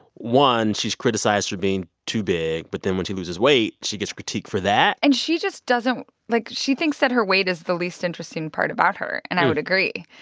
one, she's criticized for being too big but then when she loses weight, she gets critiqued for that and she just doesn't like, she thinks that her weight is the least interesting part about her. and i would agree.